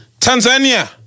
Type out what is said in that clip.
Tanzania